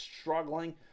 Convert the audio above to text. struggling